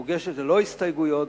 המוגשת ללא הסתייגויות,